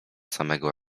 samego